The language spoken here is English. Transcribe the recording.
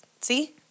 see